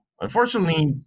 unfortunately